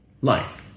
life